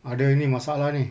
ada ini masalah ini